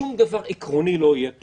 שום דבר עקרוני לא יהיה פה.